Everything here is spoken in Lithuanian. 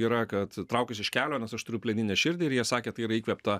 yra kad traukis iš kelio nes aš turiu plieninę širdį ir jie sakė tai yra įkvėpta